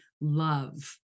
love